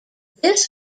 this